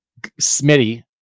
Smitty